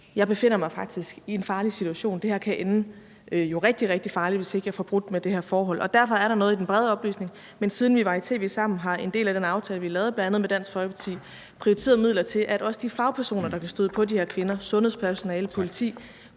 Jeg befinder mig faktisk i en farlig situation, og det her kan jo ende rigtig, rigtig farligt, hvis ikke jeg får brudt med det her forhold. Derfor er der noget i forhold til den brede oplysning, men siden vi var i tv sammen, har vi også i forbindelse med en del af den aftale, vi lavede, bl.a. med Dansk Folkeparti, prioriteret midler til, at de fagpersoner, der kan støde på de her kvinder – sundhedspersonale, politi,